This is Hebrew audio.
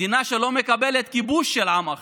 מדינה שלא מקבלת כיבוש של עם אחר,